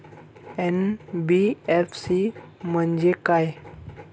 NBFC म्हणजे काय?